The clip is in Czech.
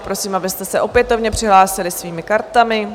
Prosím, abyste se opět přihlásili svými kartami.